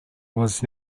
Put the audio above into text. was